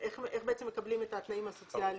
איך הם מקבלים את התנאים הסוציאליים?